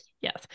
yes